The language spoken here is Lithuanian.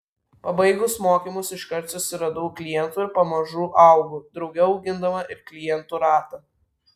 pabaigus mokymus iškart susiradau klientų ir pamažu augu drauge augindama ir klientų ratą